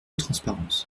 transparence